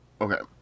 okay